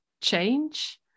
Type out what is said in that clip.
change